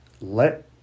let